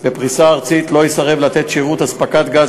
בפריסה ארצית לא יסרב לתת שירות אספקת גז